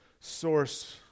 source